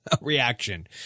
reaction